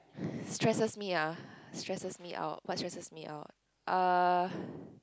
stresses me ah stresses me out what stresses me out uh